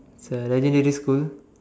it's a legendary school